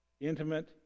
intimate